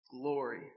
glory